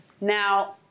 Now